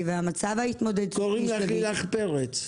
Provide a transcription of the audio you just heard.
קוראים לך לילך פרץ?